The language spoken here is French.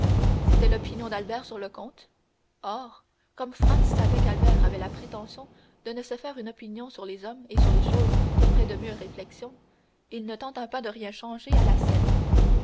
c'était l'opinion d'albert sur le comte or comme franz savait qu'albert avait la prétention de ne se faire une opinion sur les hommes et sur les choses qu'après de mûres réflexions il ne tenta pas de rien changer à la sienne